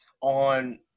on